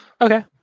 Okay